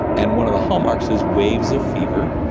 and one of the hallmarks is waves of fever,